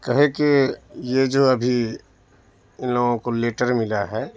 کہے کہ یہ جو ابھی ان لوگوں کو لیٹر ملا ہے